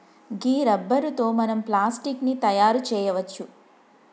గీ rubber తో మనం plastic ని తయారు చేయవచ్చు